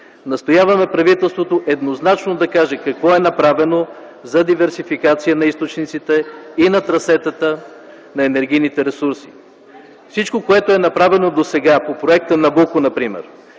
Настояваме правителството еднозначно да каже какво е направено за диверсификация на източниците и на трасетата на енергийните ресурси. Всичко, което е направено досега по проекта „Набуко” например,